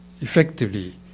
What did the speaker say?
effectively